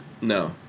No